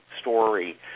story